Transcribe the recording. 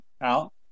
out